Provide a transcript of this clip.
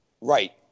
Right